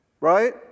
right